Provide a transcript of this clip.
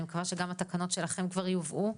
אני מקווה שגם התקנות שלכם כבר יובאו.